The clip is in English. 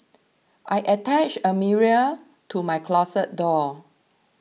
I attached a mirror to my closet door